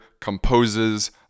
composes